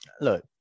look